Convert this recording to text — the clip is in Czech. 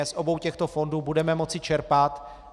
Z obou těchto fondů budeme moci čerpat.